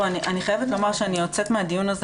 אני חייבת לומר שאני יוצאת מהדיון הזה